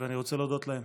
ואני רוצה להודות להם.